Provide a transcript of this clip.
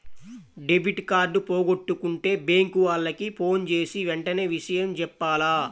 debit card పోగొట్టుకుంటే bank వాళ్లకి ఫోన్జేసి వెంటనే విషయం జెప్పాల